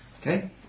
Okay